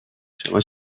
شما